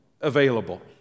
available